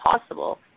possible